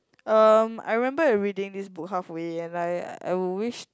um I remember I reading this book half of it and like I would wish